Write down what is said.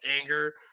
Anger